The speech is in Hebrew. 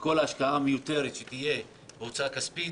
וכל השקעה מיותרת שתהיה או הוצאה כספית,